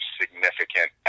significant